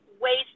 waste